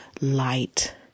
light